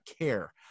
care